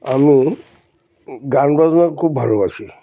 আমি গান বাজনা খুব ভালোবাসি